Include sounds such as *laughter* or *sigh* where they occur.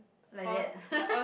like that *laughs*